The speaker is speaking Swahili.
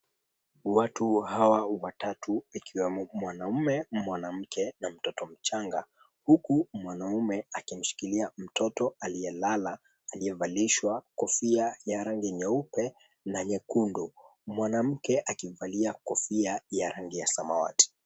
Watu hawa watatu, ikiwemo mwanamume mwanamke na mtoto mchanga. Huku mwanamume akimshikilia mtoto aliyelala, aliyevalishwa kofia ya rangi nyeupe na nyekundu, mwanamke akivalia kofia ya rangi ya samawati.